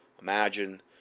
imagine